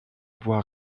bois